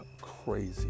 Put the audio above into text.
crazy